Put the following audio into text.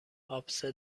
آبسه